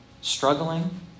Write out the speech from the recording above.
struggling